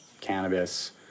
cannabis